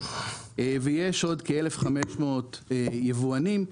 ויש עוד כ-1,500 יבואנים,